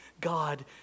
god